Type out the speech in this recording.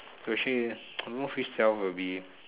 especially I'm not which self would be